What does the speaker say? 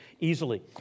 easily